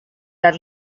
dan